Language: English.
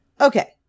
Okay